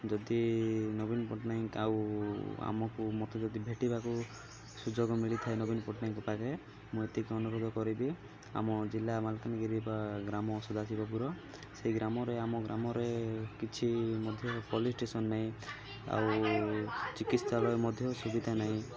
ଯଦି ନବୀନ ପଟ୍ଟନାୟକ ଆଉ ଆମକୁ ମୋତେ ଯଦି ଭେଟିବାକୁ ସୁଯୋଗ ମିଳିଥାଏ ନବୀନ ପଟ୍ଟନାୟକଙ୍କ ପାଖରେ ମୁଁ ଏତିକି ଅନୁରୋଧ କରିବି ଆମ ଜିଲ୍ଲା ମାଲକାନଗିରି ଗ୍ରାମ ସଦାସିବପୁର ସେଇ ଗ୍ରାମରେ ଆମ ଗ୍ରାମରେ କିଛି ମଧ୍ୟ ପୋଲିସ ଷ୍ଟେସନ ନାହିଁ ଆଉ ଚିକିତ୍ସାଳୟ ମଧ୍ୟ ସୁବିଧା ନାହିଁ